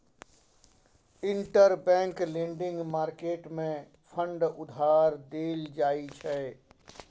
interbank lending market मे fund उधार देल जाइ छै